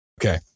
okay